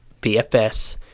BFS